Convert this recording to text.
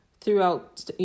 throughout